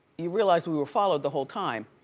you realize we were followed the whole time?